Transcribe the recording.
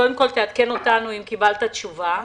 קודם כול תעדכן אותנו אם קיבלת תשובה.